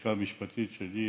ליועצת המשפטית שלי,